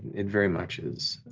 it very much is.